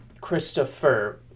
Christopher